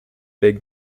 big